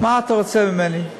מה אתה רוצה ממני?